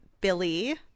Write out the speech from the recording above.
Billy